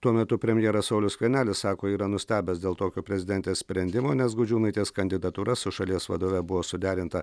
tuo metu premjeras saulius skvernelis sako yra nustebęs dėl tokio prezidentės sprendimo nes gudžiūnaitės kandidatūra su šalies vadove buvo suderinta